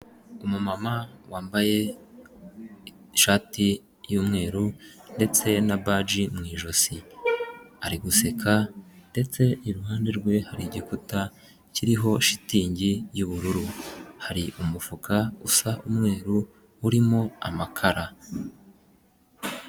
Umumama wambaye ishati y'umweru ndetse na baji mu ijosi, ari guseka ndetse iruhande rwe hari igikuta kiriho shitingi y'ubururu, hari umufuka usa umweru urimo amakara.